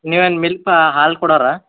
ನೀವೇನು ಮಿಲ್ಕ್ ಪಾ ಹಾಲು ಕೊಡೋವ್ರಾ